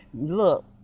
Look